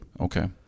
Okay